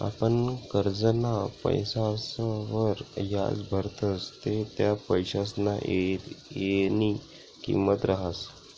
आपण करजंना पैसासवर याज भरतस ते त्या पैसासना येयनी किंमत रहास